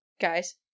Guys